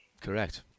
Correct